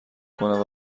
کنم